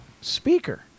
speaker